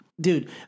dude